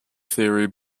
theory